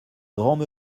grands